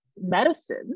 medicine